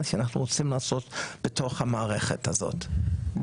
שאנחנו רוצים לעשות בתוך המערכת הזאת.